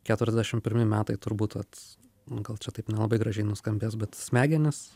keturiasdešimt pirmi metai turbūt vat gal čia taip nelabai gražiai nuskambės bet smegenys